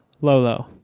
Lolo